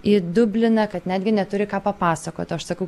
į dubliną kad netgi neturi ką papasakot o aš sakau